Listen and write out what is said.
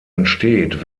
entsteht